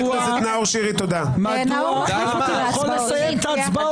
--- אתה יכול לסיים את ההצבעות מחר.